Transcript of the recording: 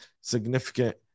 significant